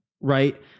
right